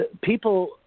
People